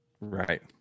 Right